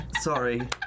Sorry